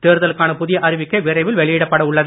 தேர்தலுக்கான புதிய அறிவிக்கை விரைவில் வெளியிடப்பட உள்ளது